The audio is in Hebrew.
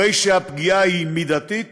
הרי הפגיעה היא מידתית